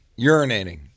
urinating